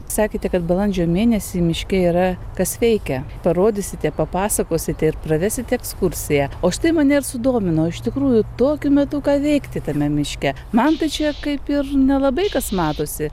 sakėte kad balandžio mėnesį miške yra kas veikia parodysite papasakosite ir pravesite ekskursiją o štai mane ir sudomino iš tikrųjų tokiu metu ką veikti tame miške man tai čia kaip ir nelabai kas matosi